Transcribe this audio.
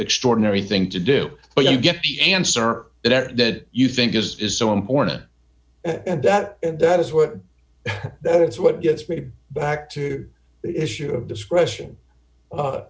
extraordinary thing to do but you get the answer that at that you think is is so important and that and that is what that is what gets me back to the issue of discretion